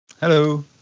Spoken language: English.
Hello